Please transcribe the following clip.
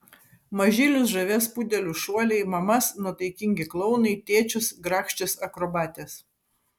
mažylius žavės pudelių šuoliai mamas nuotaikingi klounai tėčius grakščios akrobatės